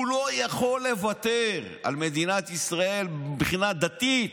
הוא לא יכול לוותר על מדינת ישראל מבחינה דתית,